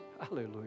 Hallelujah